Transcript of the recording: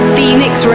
Phoenix